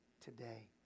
today